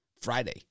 Friday